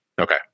Okay